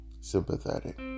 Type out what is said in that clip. sympathetic